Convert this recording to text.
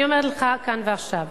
אני אומרת לך כאן ועכשיו: